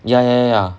ya ya ya